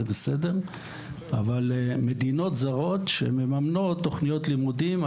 זה בסדר זרות שמממנות תוכניות לימודים,